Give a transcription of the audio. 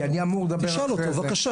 כי אני אמור לדבר אחרי זה.